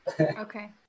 Okay